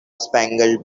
spangled